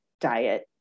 diet